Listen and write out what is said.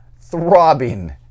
throbbing